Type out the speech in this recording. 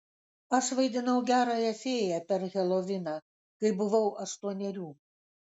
aš vaidinau gerąją fėją per heloviną kai buvau aštuonerių